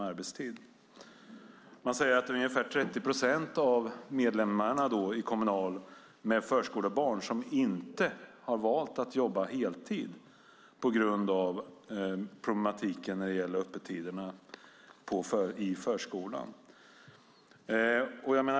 Man säger i rapporten att ungefär 30 procent av de medlemmar i Kommunal som har förskolebarn har valt att inte jobba heltid på grund av problematiken när det gäller öppettider inom förskolan.